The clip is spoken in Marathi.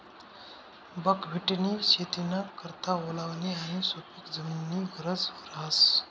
बकव्हिटनी शेतीना करता ओलावानी आणि सुपिक जमीननी गरज रहास